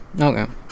Okay